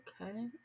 Okay